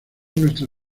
nuestra